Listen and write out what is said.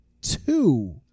two